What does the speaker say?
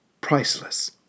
priceless